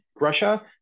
Russia